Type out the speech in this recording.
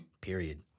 period